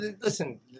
listen